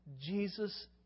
Jesus